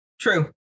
True